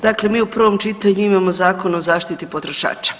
Dakle, mi u prvom čitanju imamo Zakon o zaštiti potrošača.